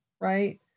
right